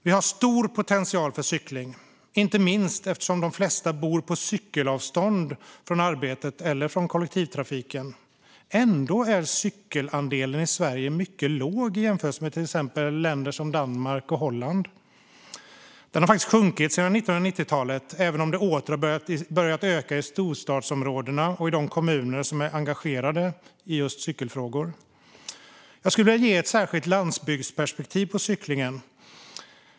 Vi har stor potential för cykling, inte minst eftersom de flesta bor på cykelavstånd från arbete eller från kollektivtrafik. Ändå är cykelandelen i Sverige mycket låg i jämförelse med i till exempel Danmark och Holland. Den har sjunkit sedan 1990-talet, även om den åter har börjat öka i storstadsområdena och i de kommuner som är engagerade i cykelfrågor. Jag vill ge er ett landsbygdsperspektiv på cyklingen.